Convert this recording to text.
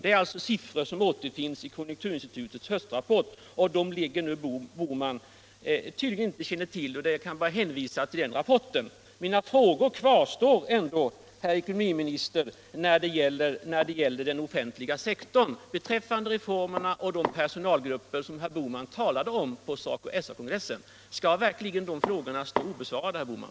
Detta är siffror som återfinns i underlaget till konjunkturinstitutets höstrapport, men som herr Bohman tydligen inte känner till. Därför kan jag bara hänvisa till den rapporten. Mina frågor när det gäller den offentliga sektorn kvarstår emellertid obesvarade. Herr ekonomiminister, vad var det för reformer och personalgrupper, som ni talade om på SACO/SR-kongressen? Skall verkligen de frågorna få stå obesvarade, herr Bohman?